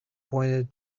pointed